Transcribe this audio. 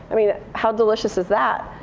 i mean how delicious is that?